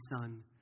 Son